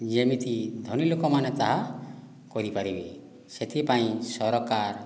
ଯେମିତି ଧନୀ ଲୋକମାନେ ତାହା କରିପାରିବେ ସେଥିପାଇଁ ସରକାର